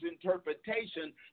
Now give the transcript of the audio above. interpretation